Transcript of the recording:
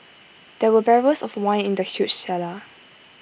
there were barrels of wine in the huge cellar